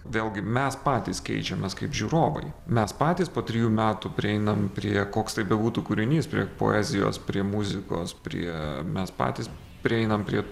vėlgi mes patys keičiamės kaip žiūrovai mes patys po trijų metų prieinam prie koks tai bebūtų kūrinys prie poezijos prie muzikos prie mes patys prieinam prie